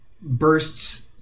bursts